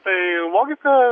tai logika